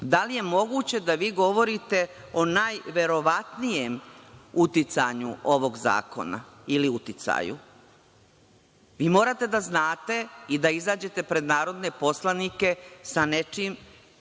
Da li je moguće da vi govorite o najverovatnijem uticanju ovog zakona ili uticaju? Vi morate da znate i da izađete pred narodne poslanike sa nečim